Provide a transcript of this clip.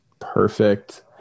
perfect